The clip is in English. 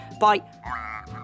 bye